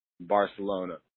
Barcelona